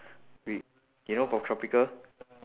we you know poptropica